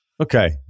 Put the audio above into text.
Okay